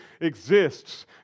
exists